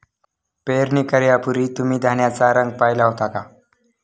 पेरणी करण्यापूर्वी तुम्ही धान्याचा रंग पाहीला होता का?